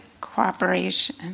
cooperation